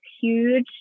huge